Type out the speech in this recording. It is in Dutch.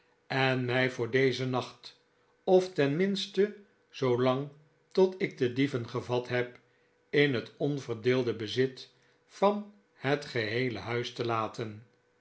en my voor dezen nacht often minste zoolang tot ik de dieven gevat heb in het onverdeelde bezit van het geheele huis te laten